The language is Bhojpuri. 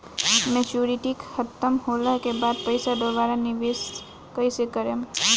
मेचूरिटि खतम होला के बाद पईसा दोबारा निवेश कइसे करेम?